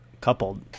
coupled